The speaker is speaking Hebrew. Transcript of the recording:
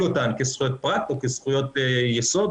אותן כזכויות פרט או כזכויות יסוד,